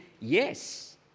yes